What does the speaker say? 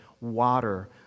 water